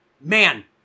Man